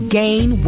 gain